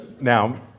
Now